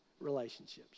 relationships